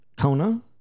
Kona